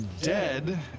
dead